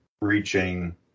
reaching